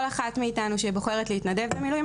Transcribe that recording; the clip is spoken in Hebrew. כל אחת מאיתנו, שבוחרת להתנדב במילואים.